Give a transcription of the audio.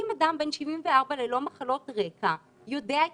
אם אדם בן 74 ללא מחלות רקע יודע את